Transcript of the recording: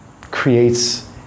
creates